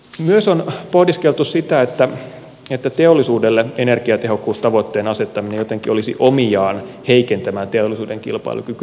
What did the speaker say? myös on pohdiskeltu sitä että energiatehokkuustavoitteen asettaminen teollisuudelle olisi jotenkin omiaan heikentämään teollisuuden kilpailukykyä